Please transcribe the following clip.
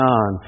on